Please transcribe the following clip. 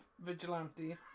Vigilante